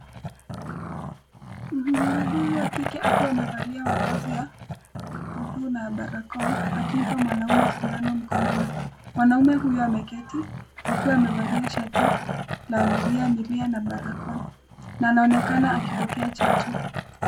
Muuguzi wa kike akiwa amevalia mavazi ya buluu na barakoa akimpa mwanaume sindano mkononi. Mwanaume huyo ameketi akiwa amevalia shati ya milia milia na barakoa na anaonekana akipokea chanjo.